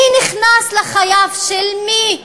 מי נכנס לחייו של מי?